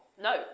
no